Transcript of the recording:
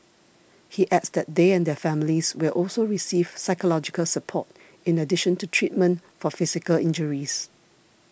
he adds that they and their families will also receive psychological support in addition to treatment for physical injuries